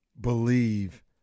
believe